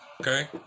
Okay